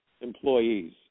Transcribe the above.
employees